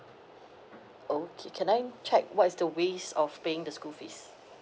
okay can I check what is the ways of paying the school fees